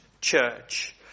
church